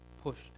pushed